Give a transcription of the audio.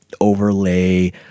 overlay